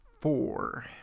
four